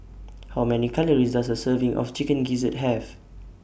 How Many Calories Does A Serving of Chicken Gizzard Have